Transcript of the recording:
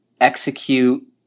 execute